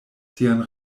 sian